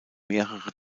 mehrere